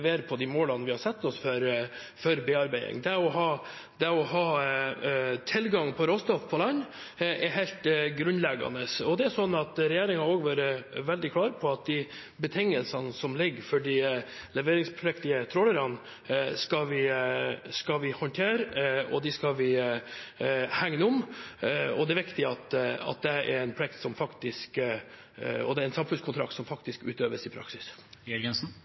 på de målene vi har satt oss for bearbeiding. Det å ha tilgang på råstoff på land er helt grunnleggende. Regjeringen har også vært veldig klar på at de betingelsene som ligger for de leveringspliktige trålerne, skal vi håndtere og hegne om. Og det er viktig at det er en samfunnskontrakt som faktisk utøves i praksis. Geir Jørgensen – til oppfølgingsspørsmål. Dette handler ikke bare om de trålerne og den delen av flåten som har leveringsplikt. Det er en total i fordelingen her som